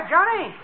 Johnny